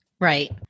Right